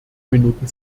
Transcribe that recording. minuten